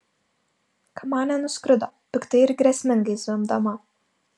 kamanė nuskrido piktai ir grėsmingai zvimbdama